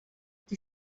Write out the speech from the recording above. die